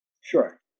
Sure